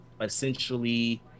essentially